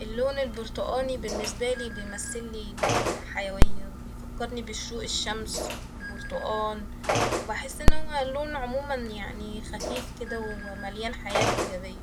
اللون البرتقاني باللنسبالي بيمثلي ال- حيوية وبيفكرني بشروق الشمس والبرتقان وبحس إن هو لون عموما يعني خفيف كده ومليان حياة وإيجابية